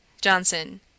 Johnson